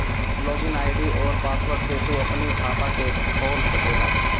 log in ID अउरी password से तू अपनी खाता के खोल सकेला